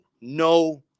no